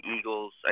Eagles